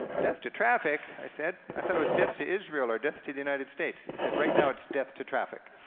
death to traffic, i said, i thought it was death to israel, or death to the united states. he said, right now, it's death to traffic.